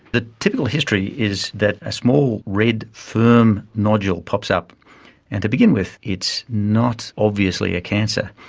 the typical history is that a small, red, firm nodule pops up and to begin with it's not obviously a cancer,